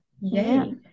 Yay